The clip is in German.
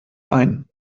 ein